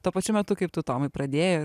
tuo pačiu metu kaip tu tomai pradėjo ir bei